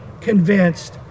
convinced